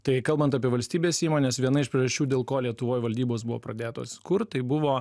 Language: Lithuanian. tai kalbant apie valstybės įmones viena iš priežasčių dėl ko lietuvoj valdybos buvo pradėtos kurt tai buvo